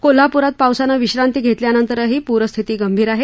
कोल्हापूरात पावसानं विश्रांती घेतल्यानंतरही पूरस्थिती गंभीर आहे